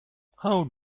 how